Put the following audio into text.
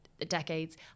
decades